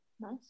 Nice